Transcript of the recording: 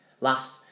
last